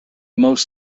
most